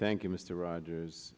thank you mr rogers